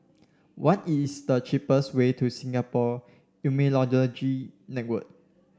what is the cheapest way to Singapore Immunology Network